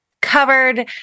covered